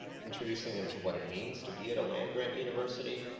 introducing them to what it means to be at a land grant university.